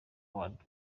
awards